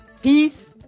Peace